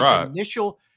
initial –